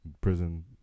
Prison